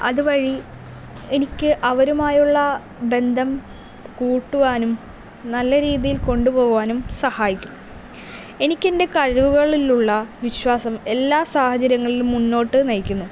അതുവഴി എനിക്ക് അവരുമായുള്ള ബന്ധം കൂട്ടുവാനും നല്ല രീതിയിൽ കൊണ്ടുപോകാനും സഹായിക്കും എനിക്ക് എൻ്റെ കഴിവുകളിലുള്ള വിശ്വാസം എല്ലാ സാഹചര്യങ്ങളിലും മുന്നോട്ട് നയിക്കുന്നു